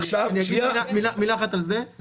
אני אגיד מילה אחת על זה,